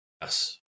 Yes